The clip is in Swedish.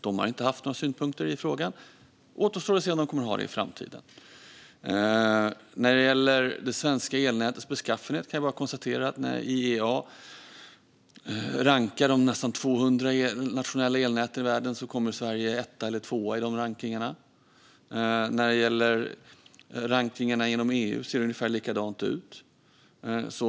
De har inte haft några synpunkter i frågan. Det återstår att se om de kommer att ha det i framtiden. När det gäller det svenska elnätets beskaffenhet kan jag bara konstatera att när IEA rankar de nästan 200 nationella elnäten i världen kommer Sverige etta eller tvåa i de rankningarna. När det gäller rankningarna inom EU ser det ungefär likadant ut.